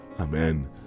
Amen